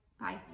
Bye